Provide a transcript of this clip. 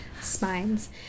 spines